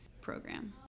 program